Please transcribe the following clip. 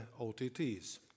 OTTs